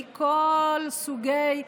מכל הסוגים,